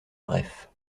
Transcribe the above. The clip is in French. bref